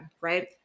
right